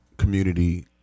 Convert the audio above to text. community